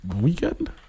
weekend